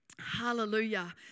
Hallelujah